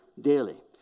daily